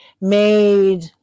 made